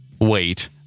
wait